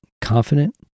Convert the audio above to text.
confident